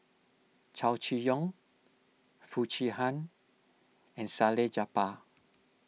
Chow Chee Yong Foo Chee Han and Salleh Japar